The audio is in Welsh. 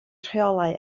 rheolau